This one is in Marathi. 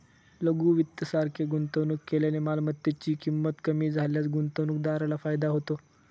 लघु वित्त सारखे गुंतवणूक केल्याने मालमत्तेची ची किंमत कमी झाल्यास गुंतवणूकदाराला फायदा होतो